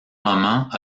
moment